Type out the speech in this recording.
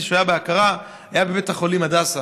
כשהוא היה בהכרה הייתה בבית החולים הדסה.